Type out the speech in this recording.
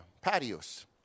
patios